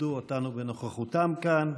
שכיבדו אותנו בנוכחותם כאן.